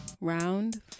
Round